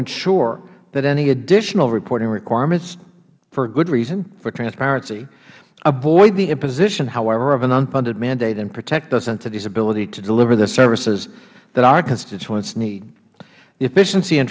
ensure that any additional reporting requirements for good reasons for transparency avoid the imposition however of an unfunded mandate and protect those entities abilities to deliver the services that our constituents need the efficiency and